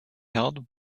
held